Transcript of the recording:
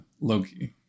Loki